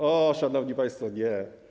O, szanowni państwo, nie.